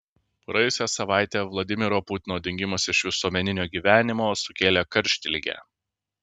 praėjusią savaitę vladimiro putino dingimas iš visuomeninio gyvenimo sukėlė karštligę